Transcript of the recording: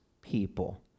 people